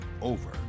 over